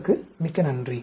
தங்களுக்கு மிக்க நன்றி